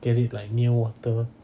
get it like near water